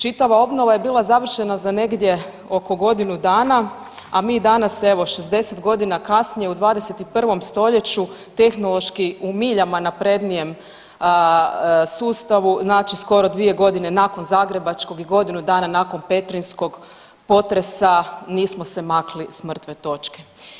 Čitava obnova je bila završena za negdje oko godinu dana, a mi danas evo 60 godina kasnije u 21. stoljeću tehnološki u miljama naprednijem sustavu znači skoro dvije godine nakon zagrebačkog i godinu dana nakon petrinjskog potresa nismo se makli s mrtve točke.